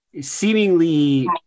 seemingly